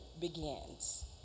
Begins